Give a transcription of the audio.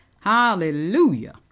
Hallelujah